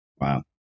Wow